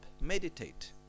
meditate